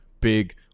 big